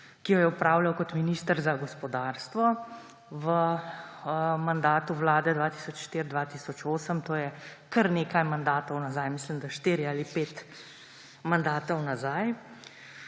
ki jo je opravljal kot minister za gospodarstvo v mandatu vlade 2004–2008, to je kar nekaj mandatov nazaj, mislim, da štiri ali pet mandatov nazaj.